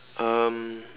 um